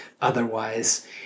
otherwise